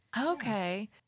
Okay